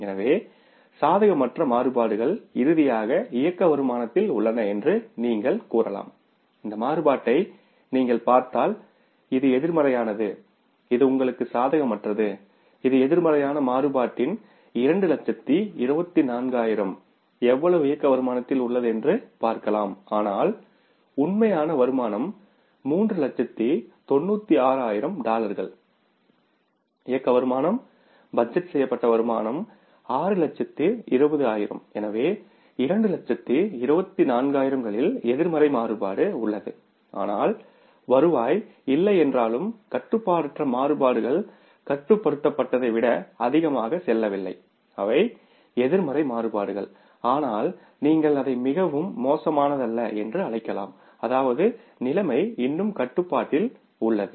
எனவே சாதகமற்ற மாறுபாடுகள் இறுதியாக இயக்க வருமானத்தில் உள்ளன என்று நீங்கள் கூறலாம் இந்த மாறுபாட்டை நீங்கள் பார்த்தால் இது எதிர்மறையானது இது உங்களுக்கு சாதகமற்றது இது எதிர்மறையான மாறுபாட்டின் 224000 ஐ எவ்வளவு இயக்க வருமானத்தில் உள்ளது என்று பார்க்கலாம் ஆனால் உண்மையான வருமானம் 396000 டாலர்கள் ஆப்ரேட்டிங் இன்கம் பட்ஜெட் செய்யப்பட்ட வருமானம் 620000 எனவே 224000 களில் எதிர்மறை மாறுபாடு உள்ளது ஆனால் வருவாய் இல்லை என்றாலும் கட்டுப்பாடற்ற மாறுபாடுகள் கட்டுப்படுத்தப்பட்டதை விட அதிகமாக செல்லவில்லை அவை நெகடிவ் வேரியன்ஸ் ஆனால் நீங்கள் அதை மிகவும் மோசமானதல்ல என்று அழைக்கலாம் அதாவது நிலைமை இன்னும் கட்டுப்பாட்டில் உள்ளது